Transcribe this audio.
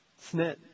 snit